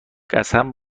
قسم